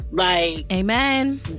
Amen